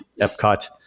Epcot